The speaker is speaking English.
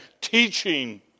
teaching